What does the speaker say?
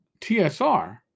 TSR